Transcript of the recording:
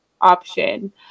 option